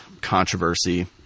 controversy